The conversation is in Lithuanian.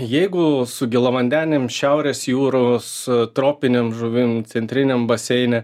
jeigu su gėlavandenėm šiaurės jūros tropinėm žuvim centriniam baseine